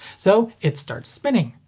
so it starts spinning.